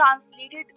translated